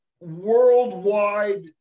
worldwide